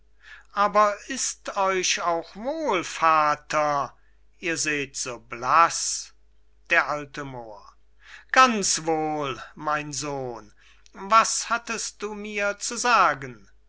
aber ist euch auch wohl vater ihr seht so blaß der alte moor ganz wohl mein sohn was hattest du mir zu sagen